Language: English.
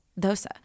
dosa